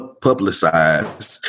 publicized